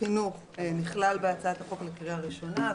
חינוך נכלל בהצעת החוק לקריאה ראשונה.